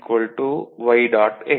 y y